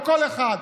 לכל אחד,